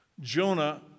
Jonah